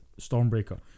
Stormbreaker